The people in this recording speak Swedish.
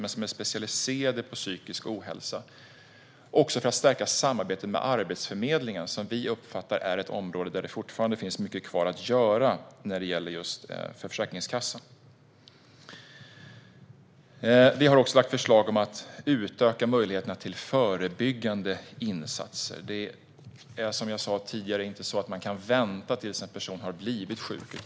Man behöver göra detta också för att stärka samarbetet mellan Arbetsförmedlingen och Försäkringskassan, eftersom vi uppfattar att detta är ett område där det fortfarande finns mycket kvar att göra för Försäkringskassan. Vi har även lagt fram förslag om att utöka möjligheterna till förebyggande insatser. Som jag sa tidigare kan man inte vänta tills en person har blivit sjuk.